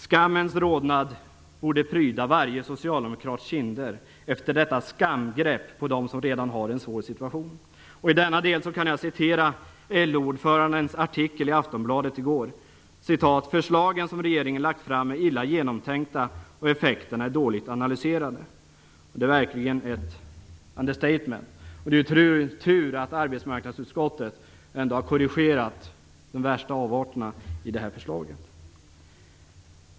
Skammens rodnad borde pryda varje socialdemokrats kinder efter detta skamgrepp på dem som redan befinner sig i en svår situation. I denna del kan jag citera LO-ordförandens artikel i Aftonbladet i går: "Förslagen som regeringen lagt fram är illa genomtänkta och effekterna dåligt analyserade." Det är verkligen ett understatement, och det är ju tur att arbetsmarknadsutskottet ändå har korrigerat de värsta avarterna i det här förslaget.